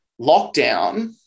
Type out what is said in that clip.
lockdown